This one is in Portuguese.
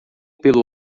pelo